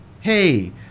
Hey